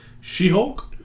She-Hulk